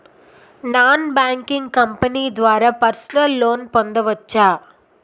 Non banking company ద్వారా personal loan పొందవచ్చా?